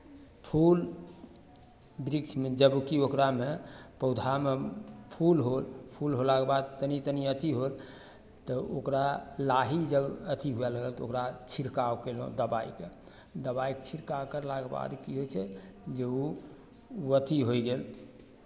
फूल वृक्षमे जबकि ओकरामे पौधामे फूल होल फूल होलाके बाद तनि तनि अथि होल तऽ ओकरा लाही जब अथि हुए लागल तऽ ओकरा छिड़काव कयलहुँ दबाइके दबाइके छिड़काव करलाके बाद की होइ छै जे ओ अथि होय गेल